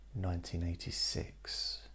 1986